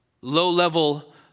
low-level